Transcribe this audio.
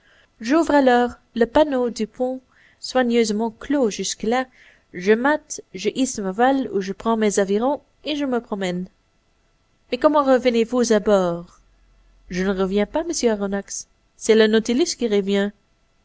j'ouvre alors le panneau du pont soigneusement clos jusque-là je mâte je hisse ma voile ou je prends mes avirons et je me promène mais comment revenez vous à bord je ne reviens pas monsieur aronnax c'est le nautilus qui revient